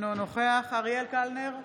אינו נוכח אריאל קלנר,